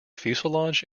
fuselage